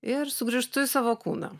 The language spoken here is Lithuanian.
ir sugrįžtu į savo kūną